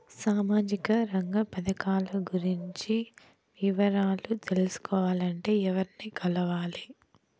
సామాజిక రంగ పథకాలు గురించి వివరాలు తెలుసుకోవాలంటే ఎవర్ని కలవాలి?